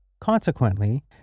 Consequently